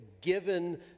given